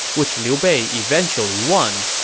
which liu bei eventually won.